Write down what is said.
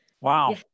Wow